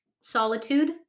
solitude